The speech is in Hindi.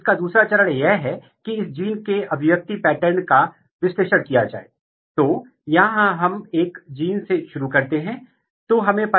और दूसरी बात यह है कि हमारे पास एक फेनोटाइप है या हम जानते हैं कि अगर हम इस जीन को एक्टोपिक रूप से ओवर एक्सप्रेस करते हैं तो क्या होता है